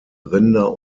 rinder